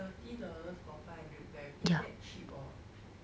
thirty dollars for five hundred gram is that cheap or